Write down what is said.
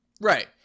Right